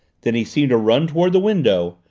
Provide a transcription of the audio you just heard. then he seemed to run toward the window,